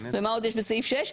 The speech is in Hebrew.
ומה עוד יש בסעיף 6?